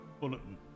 bulletin